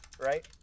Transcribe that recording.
right